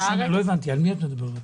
לא הבנתי על מי את מדברת?